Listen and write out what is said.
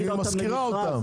היא מפעילה אותם.